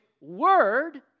word